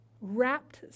wrapped